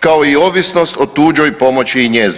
kao i ovisnost o tuđoj pomoći i njezi.